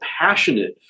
passionate